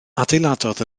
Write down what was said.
adeiladodd